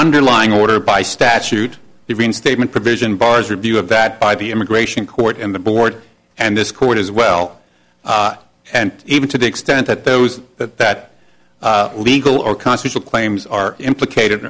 underlying order by statute the reinstatement provision bars review of that by the immigration court and the board and this court as well and even to the extent that those that that legal or consciously claims are implicated